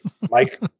Mike